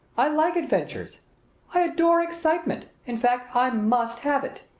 i like adventures i adore excitement in fact i must have it.